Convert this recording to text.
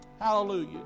Hallelujah